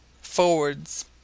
Forwards